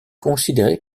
considéré